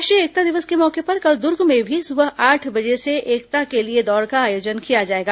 राष्ट्रीय एकता दिवस के मौके पर कल दुर्ग में भी सुबह आठ बजे से एकता के लिए दौड़ का आयोजन किया जाएगा